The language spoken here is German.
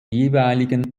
jeweiligen